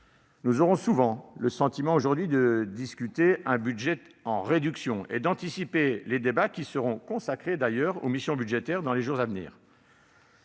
Nous aurons souvent le sentiment, aujourd'hui, de discuter un budget en réduction et d'anticiper sur les débats qui seront consacrés aux missions budgétaires dans les jours à venir.